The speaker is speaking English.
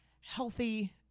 healthy